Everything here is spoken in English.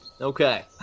Okay